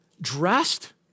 dressed